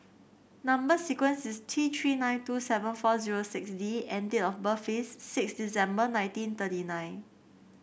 number sequence is T Three nine two seven four zero six D and date of birth is six December nineteen thirty nine